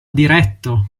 diretto